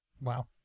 Wow